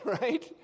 right